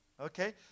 okay